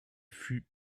fut